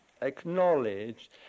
acknowledge